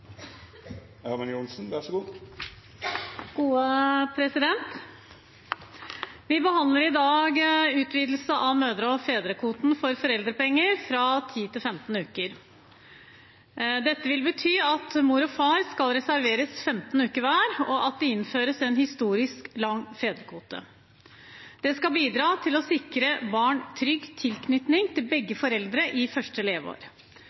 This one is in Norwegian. Vi behandler i dag utvidelse av mødrekvoten og fedrekvoten for foreldrepenger fra 10 til 15 uker. Dette vil bety at mor og far skal reserveres 15 uker hver, og at det innføres en historisk lang fedrekvote. Det skal bidra til å sikre barn trygg tilknytning til begge